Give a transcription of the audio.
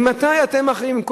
ממתי אתם מכריעים,